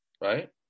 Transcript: Right